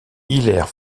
hilaire